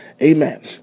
Amen